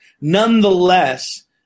Nonetheless